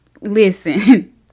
Listen